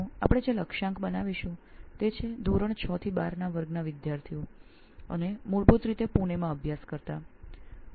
તો આજે આપણો લક્ષ્યાંક છે કક્ષા 6 થી 12ના વિદ્યાર્થીઓ જે મૂળભૂત રીતે પૂનાની શાળામાં અભ્યાસ કરે છે